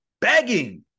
Begging